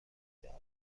دارد